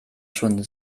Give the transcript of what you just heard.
schon